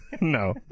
No